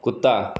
कुत्ता